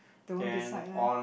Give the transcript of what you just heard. the one beside there